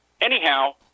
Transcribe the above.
anyhow